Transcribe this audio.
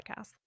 podcast